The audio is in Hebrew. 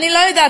אני לא יודעת,